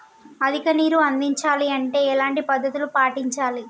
అధిక నీరు అందించాలి అంటే ఎలాంటి పద్ధతులు పాటించాలి?